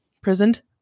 prisoned